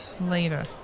later